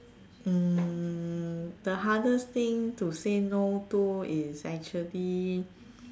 mm the hardest thing to say no to is actually